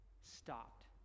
stopped